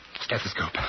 Stethoscope